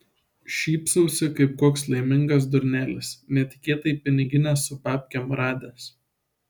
šypsausi kaip koks laimingas durnelis netikėtai piniginę su babkėm radęs